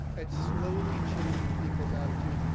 at slowly changing people's attitudes,